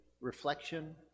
Reflection